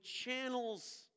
channels